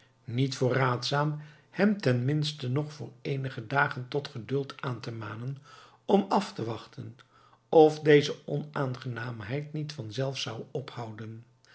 niet voor raadzaam hem ten minste nog voor eenige dagen tot geduld aan te manen om af te wachten of deze onaangenaamheid niet vanzelf zou ophouden